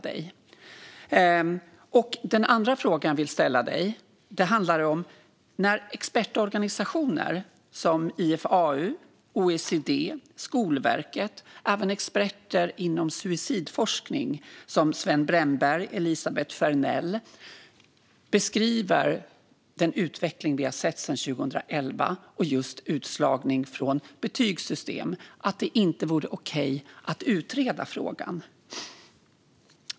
Den andra fråga jag vill ställa är: När expertorganisationer som IFAU, OECD och Skolverket och även experter inom suicidforskning som Sven Bremberg och Elisabeth Fernell beskriver den utveckling vi har sett sedan 2011 och utslagningen från betygssystem, skulle det då inte vara okej att utreda frågan?